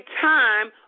time